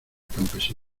campesino